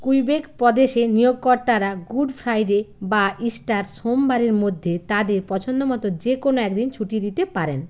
Quebec প্রদেশে নিয়োগকর্তারা good Friday বা ইস্টার সোমবারের মধ্যে তাঁদের পছন্দমতো যে কোনো একদিন ছুটি দিতে পারেন